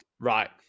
right